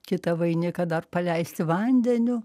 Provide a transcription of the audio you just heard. kitą vainiką dar paleisti vandeniu